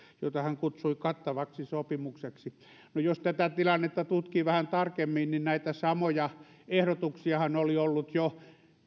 jota hän kutsui kattavaksi sopimukseksi no jos tätä tilannetta tutkii vähän tarkemmin niin näitä samoja ehdotuksiahan oli ollut jo